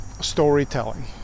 storytelling